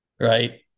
Right